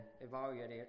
evaluate